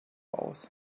aus